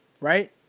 right